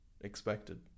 expected